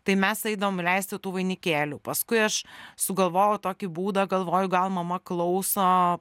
tai mes eidavom leisti tų vainikėlių paskui aš sugalvojau tokį būdą galvoju gal mama klauso